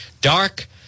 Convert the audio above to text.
dark